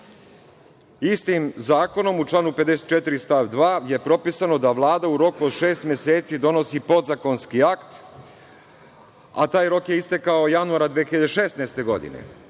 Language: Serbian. Vlada. Istim zakonom u članu 54. stav 2. je propisano da Vlada u roku od šest meseci donosi podzakonski akt, a taj rok je istekao januara 2016. godine.